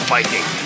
Viking